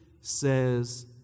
says